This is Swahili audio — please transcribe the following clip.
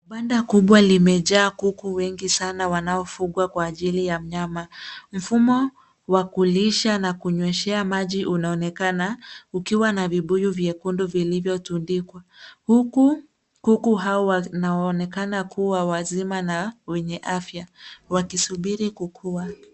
Banda kubwa limejaa kuku wengi sana wanaovugwa kwa ajili ya nyama. Mfumo wa kulisha na kunyweshea maji unaonekana ukiwa na vibuyu vyekundu vilivyotundikwa, huku kuku hao wanaonekana kuwa wazima na wenye afya wakisubiri kukua.